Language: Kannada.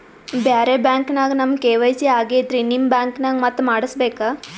ಬ್ಯಾರೆ ಬ್ಯಾಂಕ ನ್ಯಾಗ ನಮ್ ಕೆ.ವೈ.ಸಿ ಆಗೈತ್ರಿ ನಿಮ್ ಬ್ಯಾಂಕನಾಗ ಮತ್ತ ಮಾಡಸ್ ಬೇಕ?